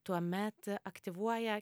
tuomet aktyvuoja